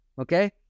okay